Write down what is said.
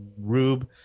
Rube